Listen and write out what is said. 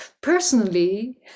personally